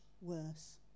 worse